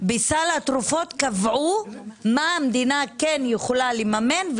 בסל התרופות קבעו מה המדינה כן יכולה לממן,